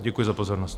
Děkuji za pozornost.